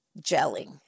gelling